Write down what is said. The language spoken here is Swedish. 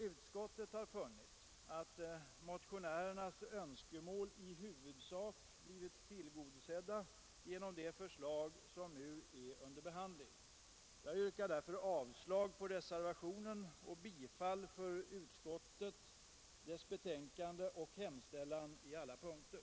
Utskottet har funnit att motionärernas önskemål i huvudsak blivit tillgodosett genom det förslag som nu är under behandling. Jag yrkar därför, herr talman, avslag på reservationen och bifall till vad utskottet hemställt under alla punkter i betänkandet.